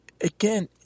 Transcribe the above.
again